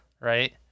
Right